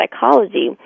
psychology